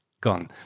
gone